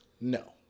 No